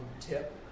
tip